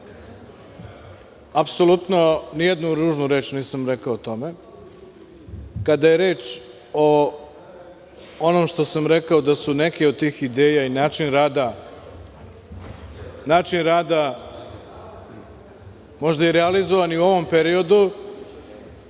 apsolutno ni jednu ružnu reč nisam rekao o tome. Kada je reč o onome što sam rekao da su neke od tih ideja i način rada možda i realizovani u ovom periodu,